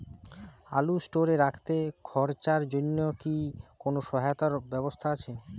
আলু স্টোরে রাখতে খরচার জন্যকি কোন সহায়তার ব্যবস্থা আছে?